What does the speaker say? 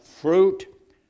fruit